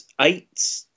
eight